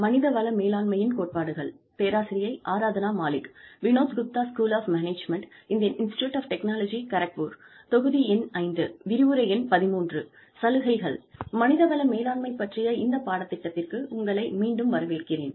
மனிதவள மேலாண்மைப் பற்றிய இந்த பாடத்திட்டத்திற்கு உங்களை மீண்டும் வரவேற்கிறேன்